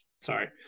Sorry